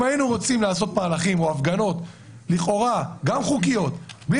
אם היינו רוצים לעשות הפגנות לכאורה גם חוקיות בלי